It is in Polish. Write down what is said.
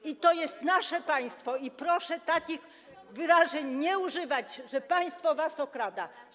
I to jest nasze państwo, i proszę takich wyrażeń nie używać, że państwo was okrada.